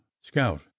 Scout